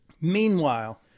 Meanwhile